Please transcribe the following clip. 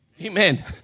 Amen